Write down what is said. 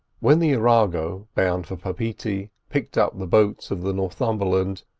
when the arago, bound for papetee, picked up the boats of the northumberland,